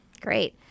Great